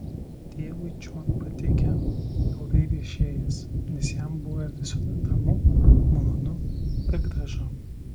tėvui čion patikę ilgai viešėjęs nes jam buvę visur ramu malonu ir gražu